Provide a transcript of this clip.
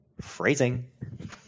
phrasing